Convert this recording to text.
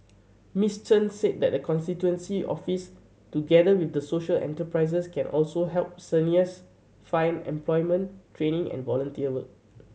Miss Chan said the constituency office together with social enterprises can also help seniors find employment training and volunteer work